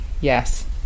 yes